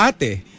ate